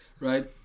Right